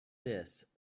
this